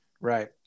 Right